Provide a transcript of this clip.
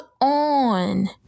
on